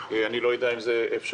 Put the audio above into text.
אני לא יודע אם זה אפשרי